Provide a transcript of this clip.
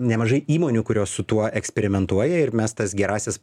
nemažai įmonių kurios su tuo eksperimentuoja ir mes tas gerąsias